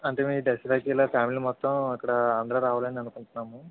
అంటే మేం ఈ దసరాకి ఇలా ఫ్యామిలీ మొత్తం అక్కడ ఆంధ్రా రావాలని అనుకుంటున్నాము